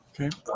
Okay